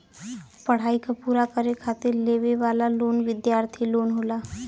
पढ़ाई क पूरा करे खातिर लेवे वाला लोन विद्यार्थी लोन होला